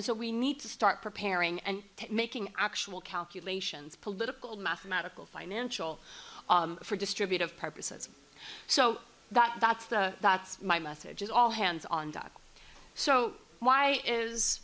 and so we need to start preparing and making actual calculations political mathematical financial for distributive purposes so that's the that's my message is all hands on deck so why is